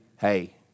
Hey